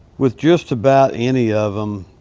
with just about any of em,